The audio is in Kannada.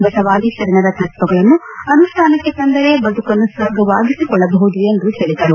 ಬಸವಾದಿ ಶರಣರ ತತ್ವಗಳನ್ನು ಅನುಷ್ಠಾನಕ್ಕೆ ತಂದರೆ ಬದುಕನ್ನು ಸ್ವರ್ಗವಾಗಿಸಿಕೊಳ್ಳಬಹುದು ಎಂದು ಹೇಳಿದರು